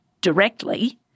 directly